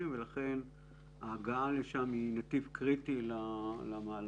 ולכן ההגעה לשם היא נתיב קריטי למהלך.